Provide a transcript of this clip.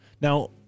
Now